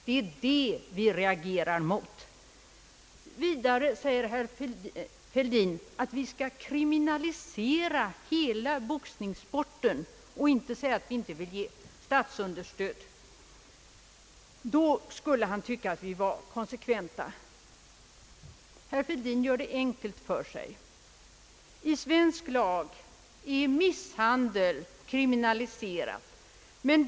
Herr Fälldin säger vidare att vi skulle kunna kriminalisera hela boxningssporten. Då skulle vi enligt hans mening vara konsekventa. Herr Fälldin gör det enkelt för sig. I svensk lag är misshandel kriminaliserad.